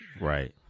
Right